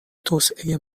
توسعه